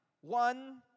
one